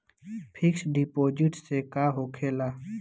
Fix deposit से का होखे ला?